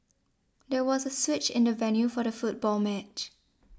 there was a switch in the venue for the football match